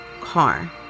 car